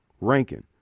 Rankin